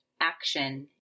Action